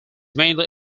mainly